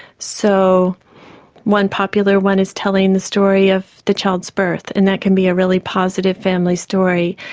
so one popular one is telling the story of the child's birth and that can be a really positive family story,